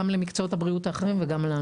גם למקצועות הבריאות האחרים וגם לנו.